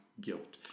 guilt